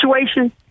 situation